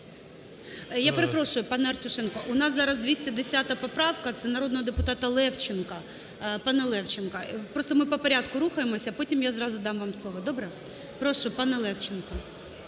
Я перепрошую, пане Артюшенко, у нас зараз 210 поправка – це народного депутата Левченка, пана Левченка. Просто ми по порядку рухаємося, потім я зразу дам вам слово. Добре? Прошу, пане Левченко.